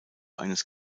eines